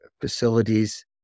facilities